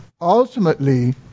Ultimately